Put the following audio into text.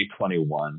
2021